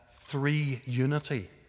three-unity